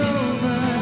over